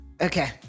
Okay